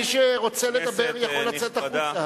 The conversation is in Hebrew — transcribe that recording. מי שרוצה לדבר יכול לצאת החוצה.